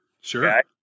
Sure